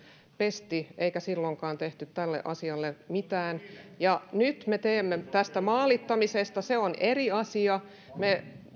pesti eikä silloinkaan tehty tälle asialle mitään nyt me teemme tästä maalittamisesta se on eri asia me